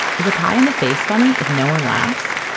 is a pie in the face funny if no one laughs?